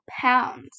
pounds